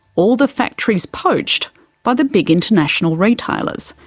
or the factories poached by the big international retailers.